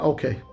Okay